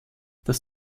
das